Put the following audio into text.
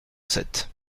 sept